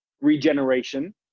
regeneration